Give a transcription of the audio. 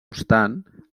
obstant